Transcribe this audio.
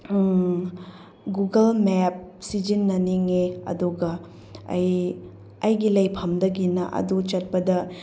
Google map ꯁꯤꯖꯤꯟꯅꯅꯤꯡꯉꯦ ꯑꯗꯨꯒ ꯑꯩ ꯑꯩꯒꯤ ꯂꯩꯐꯝꯗꯒꯤꯅ ꯑꯗꯨ ꯆꯠꯄꯗ